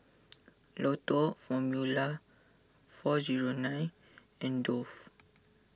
Lotto Formula four zero nine and Dove